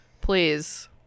please